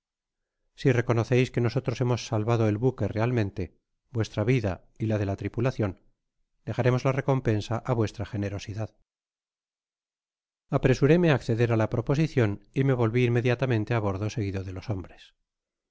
si reconoceis que nosotros hemos salvado el buque real mente vuestra vida y la de la tripulacioni dejaremos la recompensa á vuestra generosidad apresuróme á acceder á la proposicion y me volvi inmediatamente á bordo seguido de los hombres